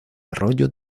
arroyo